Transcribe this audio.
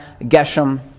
Geshem